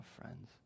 friends